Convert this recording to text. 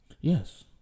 Yes